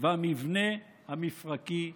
והמבנה המפרקי שונה.